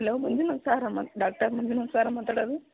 hello Manjunath ಸರಾ ಮತ್ತು doctor Manjunath ಸರಾ ಮಾತಾಡೋದು